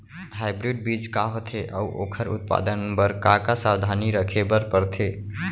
Hybrid बीज का होथे अऊ ओखर उत्पादन बर का का सावधानी रखे बर परथे?